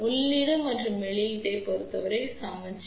உள்ளீடு மற்றும் வெளியீட்டைப் பொறுத்தவரை சமச்சீர்